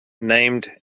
named